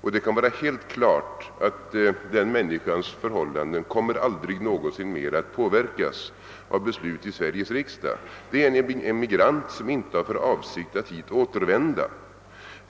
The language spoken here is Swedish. och det kan stå helt klart att den människans förhållanden aldrig någonsin mer kommer att påverkas av beslut i Sveriges riksdag. Det gäller t.ex. en emigrant som inte har för avsikt att hit återvända.